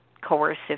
coercive